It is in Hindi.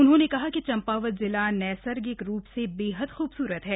उन्होंने कहा कि चम्पावत जिला नैसर्गिक रूप से बेहद खूबसूरत है